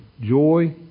joy